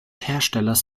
herstellers